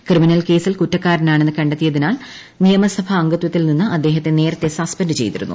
criminal കേസിൽ കുറ്റക്കാരനാണെന്ന് കണ്ടെത്തിയതിനാൽ നിയമസഭ അംഗത്വത്തിൽ നിന്നും അദ്ദേഹത്തെ നേര്ടുത്തെ സസ്പെന്റ് ചെയ്തിരുന്നു